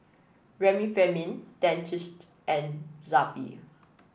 Remifemin Dentiste and Zappy